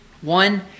One